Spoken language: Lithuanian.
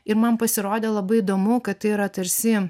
ir man pasirodė labai įdomu kad tai yra tarsi